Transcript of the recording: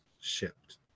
shipped